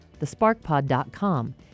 thesparkpod.com